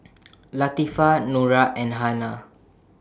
Latifa Nura and Hana